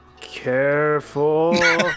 Careful